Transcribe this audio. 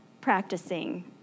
practicing